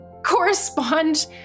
correspond